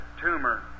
tumor